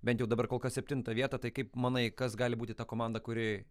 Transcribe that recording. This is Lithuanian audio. bent jau dabar kol kas septintą vietą tai kaip manai kas gali būti ta komanda kuri